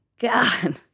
god